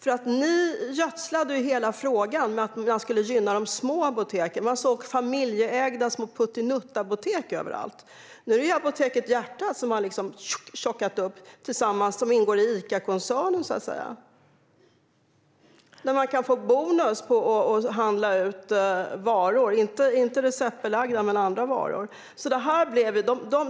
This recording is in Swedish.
Ni gödslade hela frågan med att detta skulle gynna de små apoteken - man såg familjeägda små puttenuttapotek överallt. Nu är det Apotek Hjärtat som har tjockat upp och som ingår i Icakoncernen. Man kan få bonus för att handla varor - inte receptbelagda varor men väl andra.